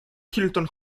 hilton